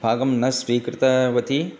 भागं न स्वीकृतवती